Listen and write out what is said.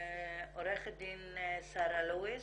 עו"ד שרה לואיס.